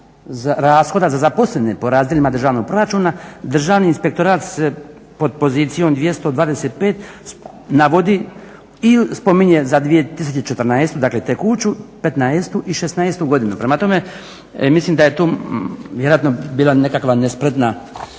zaposlene po razredima državnog proračuna Državni inspektorat se pod pozicijom 225 navodi i spominje za 2014. dakle tekuću, '15. i '16. godinu. Prema tome, mislim da je tu vjerojatno bila nekakvo nespretno